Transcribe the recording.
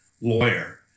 lawyer